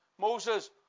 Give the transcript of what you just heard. Moses